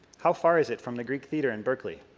how far is it from the greek theatre in berkeley?